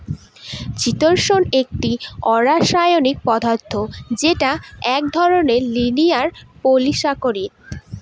চিতোষণ একটি অরাষায়নিক পদার্থ যেটা এক ধরনের লিনিয়ার পলিসাকরীদ